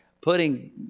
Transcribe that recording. putting